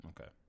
Okay